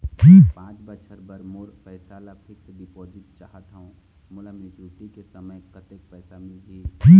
पांच बछर बर मोर पैसा ला फिक्स डिपोजिट चाहत हंव, मोला मैच्योरिटी के समय कतेक पैसा मिल ही?